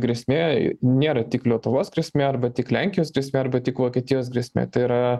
grėsmė nėra tik lietuvos grėsmė arba tik lenkijos grėsmė arba tik vokietijos grėsmė tai yra